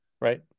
right